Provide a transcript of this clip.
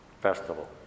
festival